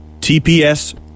TPS